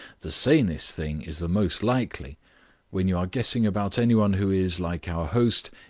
the sanest thing is the most likely when you are guessing about any one who is, like our host,